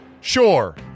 Sure